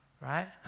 Right